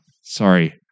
Sorry